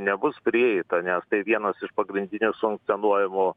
nebus prieita nes tai vienas iš pagrindinių sankcionuojamų